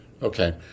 Okay